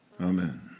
Amen